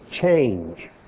change